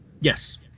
Yes